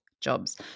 Jobs